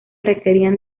requerían